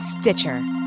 Stitcher